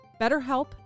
BetterHelp